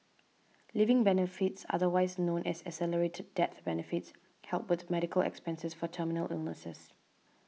living benefits otherwise known as accelerated death benefits help with medical expenses for terminal illnesses